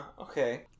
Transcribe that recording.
okay